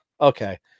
okay